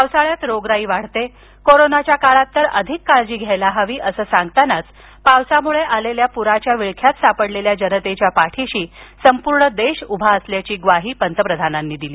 पावसाळ्यात रोगराई वाढते कोरोनाच्या काळात तर अधिक काळजी घ्यायला हवी असं सांगतानाच पावसामुळे आलेल्या पुराच्या विळख्यात सापडलेल्या जनतेच्या पाठीशी संपूर्ण देश उभा असल्याची ग्वाही पंतप्रधानांनी दिली